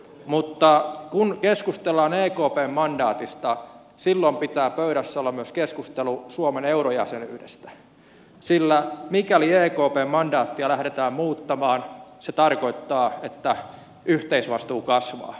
mutta kun keskustellaan ekpn mandaatista silloin pitää pöydässä olla myös keskustelu suomen eurojäsenyydestä sillä mikäli ekpn mandaattia lähdetään muuttamaan se tarkoittaa että yhteisvastuu kasvaa